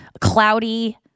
Cloudy